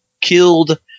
killed